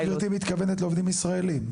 האם גברתי מתכוונת לעובדים ישראלים?